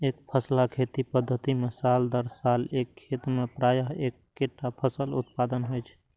एकफसला खेती पद्धति मे साल दर साल एक खेत मे प्रायः एक्केटा फसलक उत्पादन होइ छै